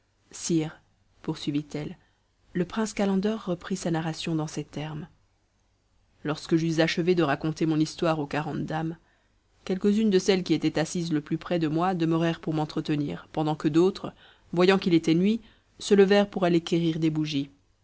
sultan sire poursuivit-elle le prince calender reprit sa narration dans ces termes lorsque j'eus achevé de raconter mon histoire aux quarante dames quelques-unes de celles qui étaient assises le plus près de moi demeurèrent pour m'entretenir pendant que d'autres voyant qu'il était nuit se levèrent pour aller quérir des bougies